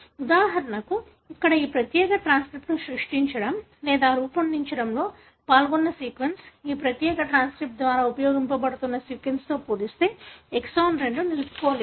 ఉదాహరణకు ఇక్కడ ఈ ప్రత్యేక ట్రాన్స్క్రిప్ట్ ను సృష్టించడం లేదా రూపొందించడంలో పాల్గొన్న సీక్వెన్స్ ఈ ప్రత్యేక ట్రాన్స్క్రిప్ట్ ద్వారా ఉపయోగించబడుతున్న సీక్వెన్స్తో పోలిస్తే ఎక్సాన్ 2 నిలుపుకోలేదు